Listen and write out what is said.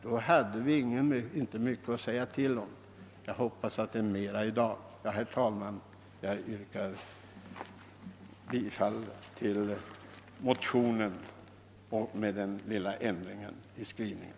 Då hade vi inte mycket att säga till om. Jag hoppas att vi har mera att säga till om i dag. Herr talman! Jag ber alltså att få yrka bifall till motionen II:77 med den av mig föreslagna lilla ändringen.